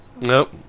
Nope